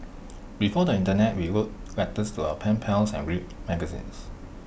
before the Internet we wrote letters to our pen pals and read magazines